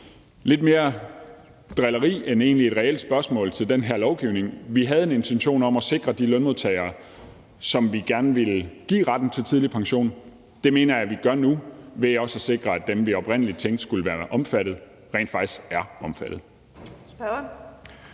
lidt mere som drilleri end som et reelt spørgsmål til den her lovgivning. Vi havde en intention om at sikre de lønmodtagere, som vi gerne ville give retten til tidlig pension. Det mener jeg vi gør nu ved også at sikre, at dem, vi oprindeligt tænkte skulle være omfattet, rent faktisk er omfattet.